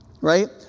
Right